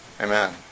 Amen